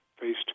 faced